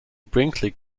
brinkley